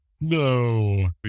No